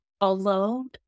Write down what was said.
alone